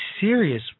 serious